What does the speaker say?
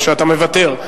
או שאתה מוותר.